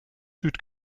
süd